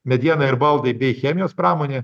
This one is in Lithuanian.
mediena ir baldai bei chemijos pramonė